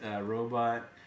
robot